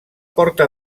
porta